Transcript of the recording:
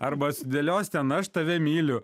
arba sudėlios ten aš tave myliu